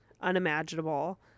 unimaginable